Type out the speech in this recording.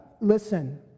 Listen